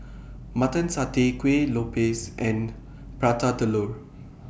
Mutton Satay Kueh Lopes and Prata Telur